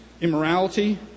immorality